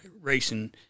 racing